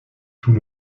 tout